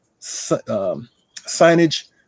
signage